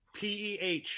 PEH